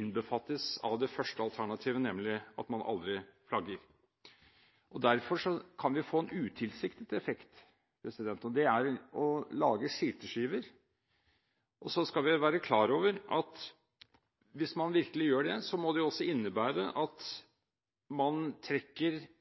innbefattes av det første alternativet, nemlig at man aldri flagger. Derfor kan vi få en utilsiktet effekt: å lage skyteskiver. Så skal vi være klar over, hvis man virkelig gjør dette: Ytringsfriheten forlanger en god del hard hud hos og en god del toleranse av oss som enkeltmennesker. Hvis vi et øyeblikk også